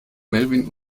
melvin